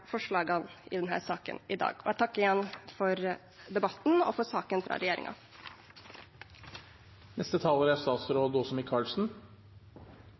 forslagene i denne saken i dag, og jeg takker igjen for debatten og for saken fra